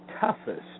toughest